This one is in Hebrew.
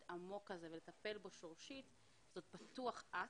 עמוק הזה ולטפל בו שורשית זו בטוח את.